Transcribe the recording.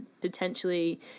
potentially